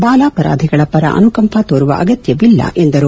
ಬಾಲಾಪರಾಧಿಗಳ ಪರ ಅನುಕಂಪ ತೋರುವ ಅಗತ್ಯವಿಲ್ಲ ಎಂದರು